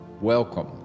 welcome